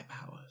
powers